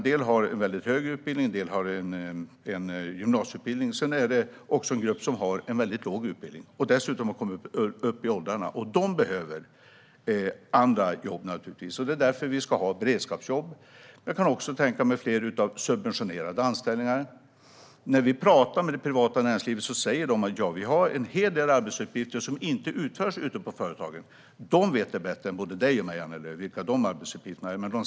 En del har en väldigt hög utbildning, och en del har gymnasieutbildning. Sedan finns det även en grupp som har väldigt låg utbildning och dessutom har kommit upp i åldrarna. De behöver naturligtvis andra jobb, och det är därför vi ska ha beredskapsjobb. Jag kan också tänka mig fler av subventionerade anställningar. När vi pratar med folk i det privata näringslivet säger de att de har en hel del arbetsuppgifter som inte utförs ute på företagen. Näringslivet vet väl bättre än både du och jag vilka arbetsuppgifter det är, Annie Lööf.